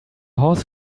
horse